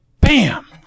bam